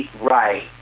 Right